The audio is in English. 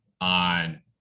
on